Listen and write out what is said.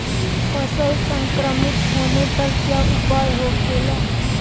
फसल संक्रमित होने पर क्या उपाय होखेला?